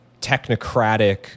technocratic